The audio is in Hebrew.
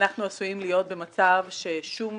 אנחנו עשויים להיות במצב ששום